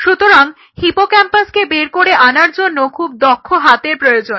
সুতরাং হিপোক্যাম্পাসকে বের করে আনার জন্য খুব দক্ষ হাতের প্রয়োজন